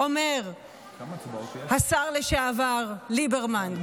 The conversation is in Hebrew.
אומר השר לשעבר ליברמן.